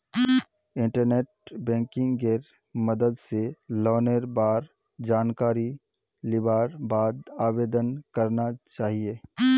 internet बैंकिंगेर मदद स लोनेर बार जानकारी लिबार बाद आवेदन करना चाहिए